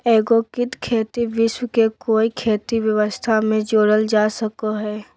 एग्रिकृत खेती विश्व के कोई खेती व्यवस्था में जोड़ल जा सको हइ